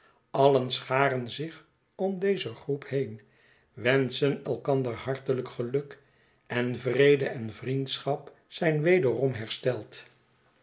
allen scharen zich om deze groep heen wenschen elkander hartelijk geluk en vrede en vriendschap zijn wederom hersteld